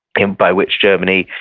and by which germany,